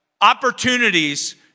opportunities